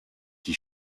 die